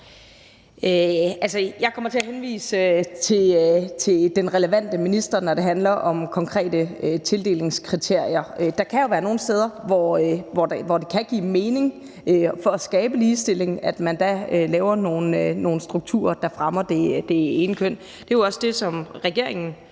Jeg kommer til at henvise til den relevante minister, når det handler om konkrete tildelingskriterier. Der kan være nogle steder, hvor det kan give mening for at skabe ligestilling, at man da laver nogle strukturer, der fremmer det ene køn. For at sikre, at vi får en